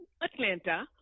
Atlanta